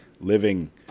living